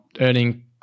earning